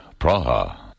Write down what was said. Praha